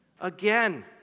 Again